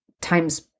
times